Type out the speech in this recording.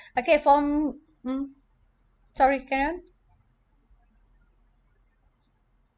okay for mm sorry carry on